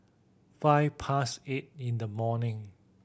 five past eight in the morning